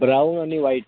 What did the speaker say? brown आणि वाईट